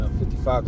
55